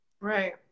Right